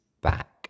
back